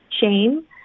shame